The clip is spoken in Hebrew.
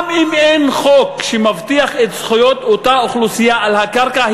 גם אם אין חוק שמבטיח את זכויות אותה אוכלוסייה על הקרקע,